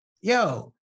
yo